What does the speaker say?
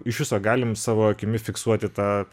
iš viso galim savo akimis fiksuoti tą